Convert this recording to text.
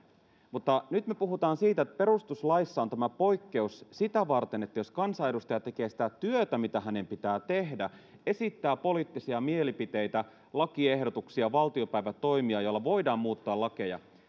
mutta nyt me puhumme siitä että perustuslaissa on tämä poikkeus sitä varten että jos kansanedustaja tekee sitä työtä mitä hänen pitää tehdä esittää poliittisia mielipiteitä lakiehdotuksia valtiopäivätoimia joilla voidaan muuttaa lakeja